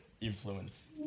influence